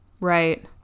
Right